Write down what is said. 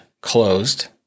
closed